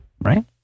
Right